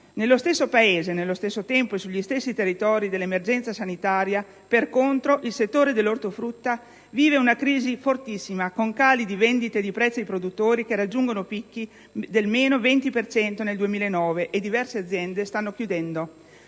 nello stesso Paese, nello stesso tempo e sugli stessi territori dell'emergenza sanitaria, per contro, il settore dell'ortofrutta vive una crisi fortissima con cali di vendite di prezzi ai produttori che raggiungono picchi del meno 20 per cento nel 2009 e diverse aziende stanno chiudendo.